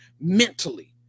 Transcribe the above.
mentally